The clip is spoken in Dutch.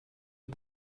een